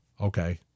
Okay